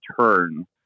turn